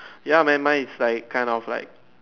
ya man mine is like like kind of like